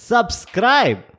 Subscribe